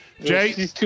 Jay